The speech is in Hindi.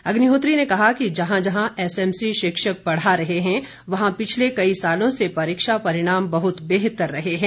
अग्निहोत्री ने कहा कि जहां जहां एसएमसी शिक्षक पढ़ा रहे हैं वहां पिछले कई सालों से परीक्षा परिणाम बहुत बेहतर रहे हैं